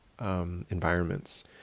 environments